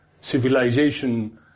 civilization